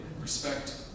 respect